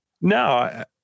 No